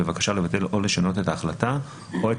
בבקשה לבטל או לשנות את ההחלטה או את